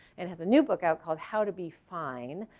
and has a new book out called how to be fine.